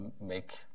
make